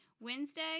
Wednesday